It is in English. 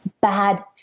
bad